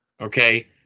Okay